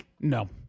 No